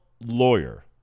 lawyer